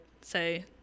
say